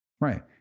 Right